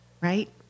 right